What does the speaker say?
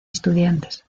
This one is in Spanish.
estudiantes